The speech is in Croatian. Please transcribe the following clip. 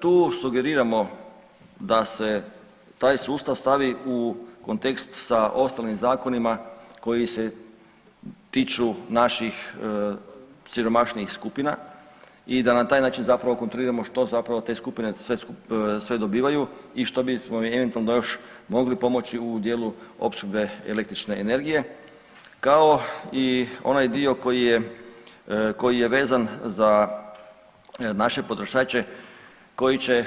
Tu sugeriramo da se taj sustav stavi u kontekst sa ostalim zakonima koji se tiču naših siromašnijih skupina i da na taj način zapravo kontroliramo što zapravo te skupine sve dobivaju i što bismo im eventualno onda još mogli pomoći u dijelu opskrbe električne energije, kao i onaj dio koji je, koji je vezan za naše potrošače koji će